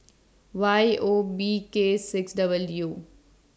Y O B K six W